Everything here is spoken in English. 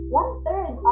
one-third